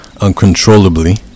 uncontrollably